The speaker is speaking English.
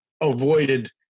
avoided